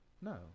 No